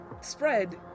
spread